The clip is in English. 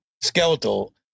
skeletal